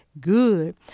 good